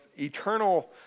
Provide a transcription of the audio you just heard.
eternal